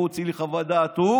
הוא הוציא לי חוות דעת,